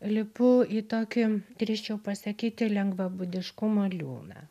lipu į tokį drįsčiau pasakyti lengvabūdiškumo liūną